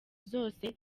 zose